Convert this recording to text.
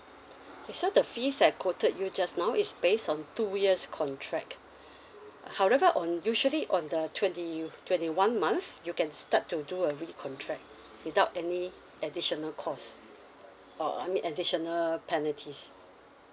so the fees I quoted you just now is base on two years contract however on usually on the twenty twenty one month you can start to do a recontract without any additional cost or I mean additional penalties